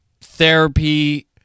therapy